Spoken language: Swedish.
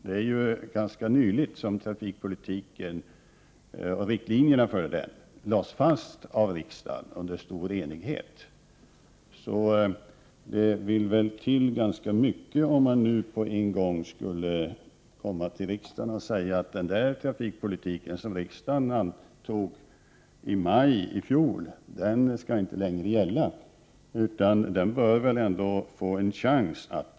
Det var ju ganska nyligen som riktlinjerna för trafikpolitiken lades fast av riksdagen under stor enighet. Så det vill till ganska mycket innan man går till riksdagen och säger att de riktlinjer för trafikpolitiken som riksdagen antog i maj i fjol inte längre skall gälla. Nej, den trafikpolitiken bör väl ändå få en chans.